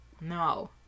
No